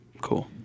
Cool